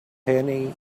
penny